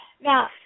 Now